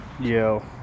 Yo